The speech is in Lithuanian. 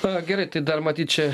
na gerai tai dar matyt čia